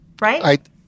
right